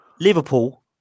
Liverpool